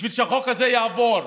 בשביל שהחוק הזה יעבור,